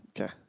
Okay